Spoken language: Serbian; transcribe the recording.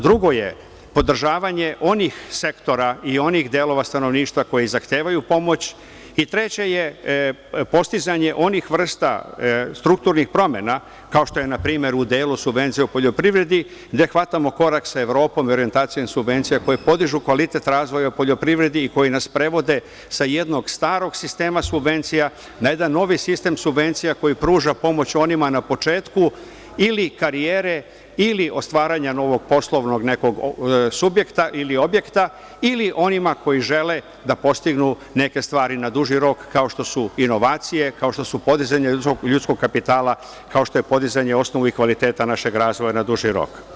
Drugo je podržavanje onih sektora i onih delova stanovništva koji zahtevaju pomoć i treće je postizanje onih vrsta strukturnih promena, kao što je npr. u delu subvencija o poljoprivredi, gde hvatamo korak sa Evropom, … subvencija koje podižu kvalitet razvoja u poljoprivredi i koji nas prevode sa jednog starog sistema subvencija na jedan novi sistem subvencija koji pruža pomoć onima na početku ili karijere, ili stvaranja novog poslovnog subjekta ili objekta, ili onima koji žele da postignu neke stvari na duži rok, kao što su inovacije, kao što je podizanje ljudskog kapitala, kao što je podizanje osnova i kvaliteta našeg razvoja na duži rok.